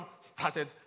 started